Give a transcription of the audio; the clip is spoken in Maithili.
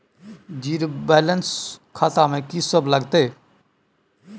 जीरो बैलेंस वाला खाता में की सब लगतै?